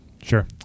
Sure